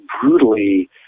brutally